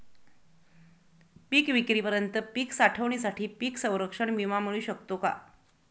पिकविक्रीपर्यंत पीक साठवणीसाठी पीक संरक्षण विमा मिळू शकतो का?